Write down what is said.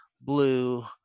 blue